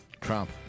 Trump